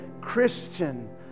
Christian